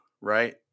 right